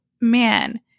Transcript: man